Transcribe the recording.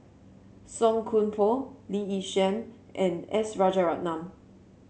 Song Koon Poh Lee Yi Shyan and S Rajaratnam